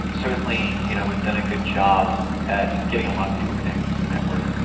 certainly you know we've done a good job at getting a lot of people connected to the network,